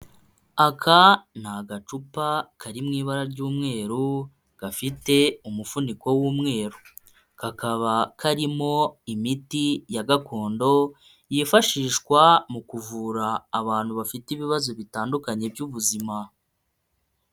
Aka ni agacupa kari mu ibara ry'umweru, gafite umuvuniko w'umweru, kakaba karimo imiti ya gakondo yifashishwa mu kuvura abantu bafite ibibazo bitandukanye by'ubuzima.